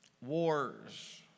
wars